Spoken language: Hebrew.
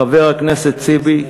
חבר כנסת טיבי,